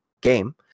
game